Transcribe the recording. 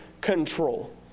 control